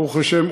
ברוך השם,